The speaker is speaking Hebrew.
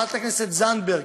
חברת הכנסת זנדברג,